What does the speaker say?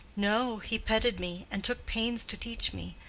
no he petted me, and took pains to teach me.